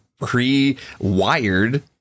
pre-wired